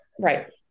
Right